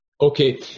Okay